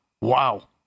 Wow